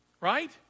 right